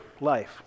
life